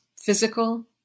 physical